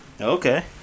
Okay